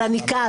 אבל אני כאן,